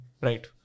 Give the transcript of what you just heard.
right